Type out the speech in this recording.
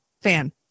fan